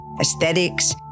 aesthetics